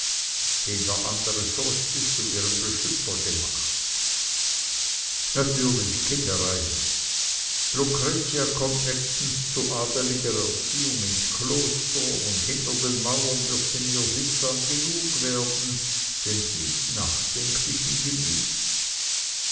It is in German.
der andere fürchtet zu ihrem beschützer gemacht natürlich kindereien lucretia kommt nächstens zu adeliger erziehung ins kloster und hinter den mauern wird sie mir sittsam genug werden denn sie ist nachdenklichen